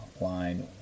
line